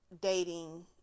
dating